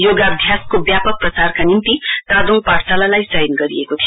योगाभ्यासको व्यापक प्रचारका निम्ति तादोङ पाठशालालाई चयन गरिएको थियो